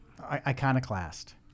Iconoclast